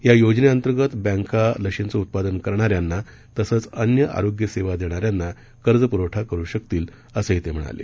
या योजने अंतर्गत बँका लशींचं उत्पादन करणाऱ्यांना तसंच अन्य आरोग्य सेवा देणाऱ्यांना कर्ज पुरवठा करू शकतील असंही ते म्हणाले